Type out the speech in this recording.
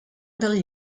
del